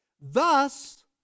Thus